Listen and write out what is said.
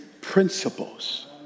principles